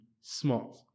smart